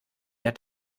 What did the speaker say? der